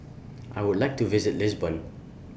I Would like to visit Lisbon